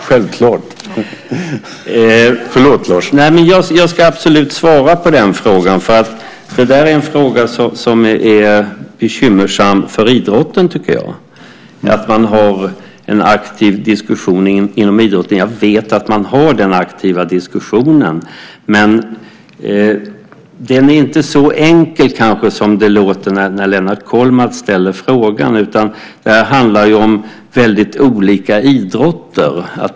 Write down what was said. Fru talman! Jag ska absolut svara på frågan därför att det där är något som jag tycker är bekymmersamt för idrotten. Jag vet att man har en aktiv diskussion inom idrotten, men den är kanske inte så enkel som det låter på Lennart Kollmats när han ställer sin fråga. Det handlar här om väldigt olika idrotter.